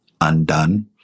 undone